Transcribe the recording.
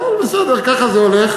אבל בסדר, ככה זה הולך.